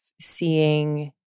seeing